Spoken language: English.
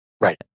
Right